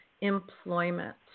employment